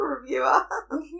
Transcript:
reviewer